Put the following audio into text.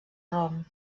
rom